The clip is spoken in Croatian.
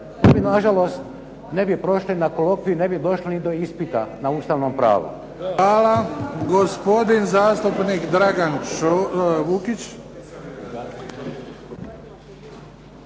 nažalost ne bi prošli na kolokviju, ne bi došli ni do ispita na ustavnom pravu. **Bebić, Luka (HDZ)** Hvala. Gospodin zastupnik Dragan Vukić.